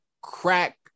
crack